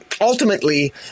ultimately